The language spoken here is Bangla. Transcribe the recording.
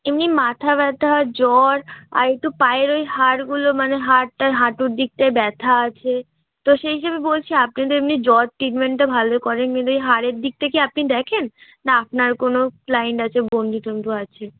এমনি মাথা ব্যথা জ্বর আর একটু পায়ের ওই হাড়গুলো মানে হাড়টার হাঁটুর দিকটায় ব্যথা আছে তো সেই হিসাবে বলছি আপনি তো এমনি জ্বর ট্রিটমেন্টটা ভালো করেন কিন্তু এই হাড়ের দিকটা কি আপনি দেখেন না আপনার কোনো ক্লায়েন্ট আছে বন্ধু টন্ধু আছে